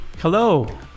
Hello